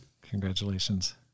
Congratulations